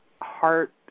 heart